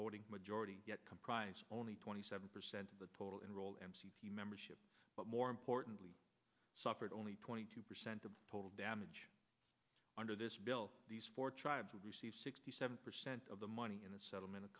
voting majority yet comprise only twenty seven percent of the total enrolled m c p membership but more importantly suffered only twenty two percent of total damage under this bill these four tribes would receive sixty seven percent of the money in the settlement